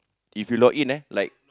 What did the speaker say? even if log in eh like